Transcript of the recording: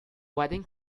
wedding